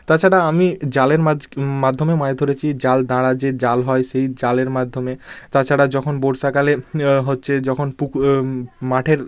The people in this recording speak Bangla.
তাছাড়া আমি জালের মাছ মাধ্যমেও মাইদ ধরেছি জাল দাঁড়া যে জাল হয় সেই জালের মাধ্যমে তাছাড়া যখন বর্ষাকালে হচ্ছে যখন পুকুর মাঠের